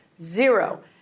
zero